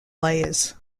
layers